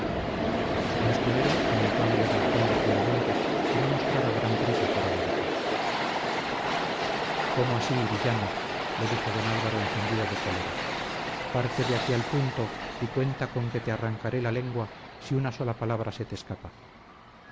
el escudero comenzó a mirar al conde fieramente y no mostraba gran prisa por obedecer cómo así villano le dijo don álvaro encendido de cólera parte de aquí al punto y cuenta conque te arrancaré la lengua si una sola palabra se te escapa